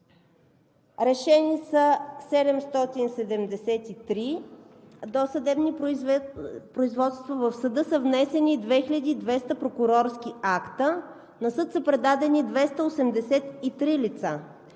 решени са 773 досъдебни производства, в съда са внесени 2200 прокурорски акта, а на съд са предадени 283 лица.